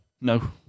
No